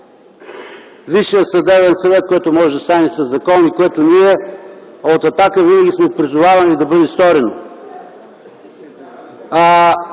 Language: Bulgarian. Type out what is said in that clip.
Висшия съдебен съвет, което може да стане със закон, и което ние от „Атака” винаги сме призовавали да бъде сторено.